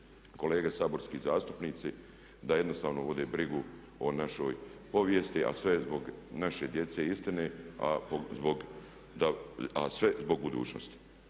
kolege saborski zastupnici da jednostavno vode brigu o našoj povijesti a sve zbog naše djece i istine a sve zbog budućnosti.